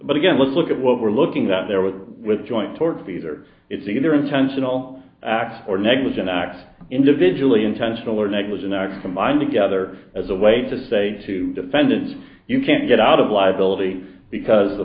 but again look look at what we're looking at there with with joint towards either it's either intentional acts or negligent act individually intentional or negligent act combined together as a way to say to defendants you can't get out of liability because the